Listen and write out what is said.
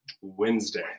Wednesday